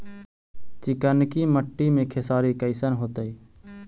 चिकनकी मट्टी मे खेसारी कैसन होतै?